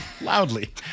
Loudly